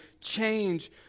change